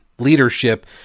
leadership